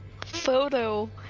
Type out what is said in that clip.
photo